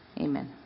Amen